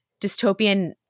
dystopian